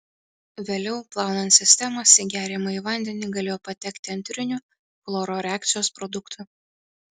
vėliau plaunant sistemas į geriamąjį vandenį galėjo patekti antrinių chloro reakcijos produktų